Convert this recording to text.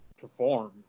perform